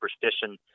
superstition